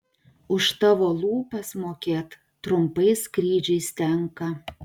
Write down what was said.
už tavo lūpas mokėt trumpais skrydžiais tenka